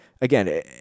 again